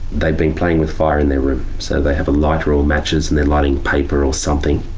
they've been playing with fire in their room, so they have a lighter or matches and they're lighting paper or something.